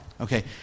Okay